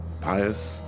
pious